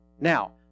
Now